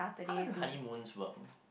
how does do honeymoon works